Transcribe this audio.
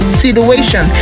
situation